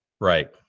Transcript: Right